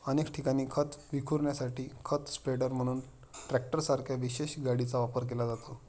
अनेक ठिकाणी खत विखुरण्यासाठी खत स्प्रेडर म्हणून ट्रॅक्टरसारख्या विशेष गाडीचा वापर केला जातो